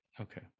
Okay